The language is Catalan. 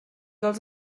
els